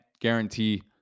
guarantee